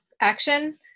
action